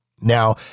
Now